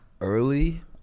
early